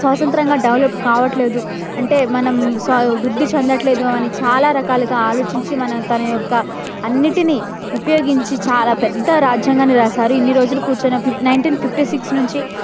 స్వతంత్రంగా డెవలప్ కావట్లేదు అంటే మనం స్వా వృద్ధి చెందట్లేదు అని చాలా రకాలుగా ఆలోచించి మన తన యొక్క అన్నింటినీ ఉపయోగించి చాలా పెద్ద రాజ్యాంగాన్ని రాసారు ఇన్ని రోజులు కూర్చొని నైన్టీన్ ఫిఫ్టీ సిక్స్ నుంచి